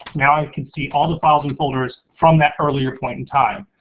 now i can see all the files and folders from that earlier point in time.